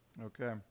Okay